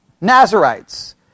Nazarites